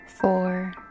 four